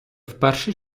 вперше